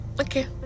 Okay